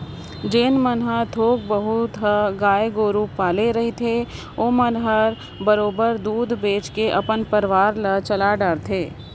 जेन मन ह थोक बहुत ह गाय गोरु पाले रहिथे ओमन ह बरोबर दूद बेंच के अपन परवार ल चला डरथे